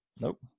nope